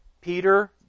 Peter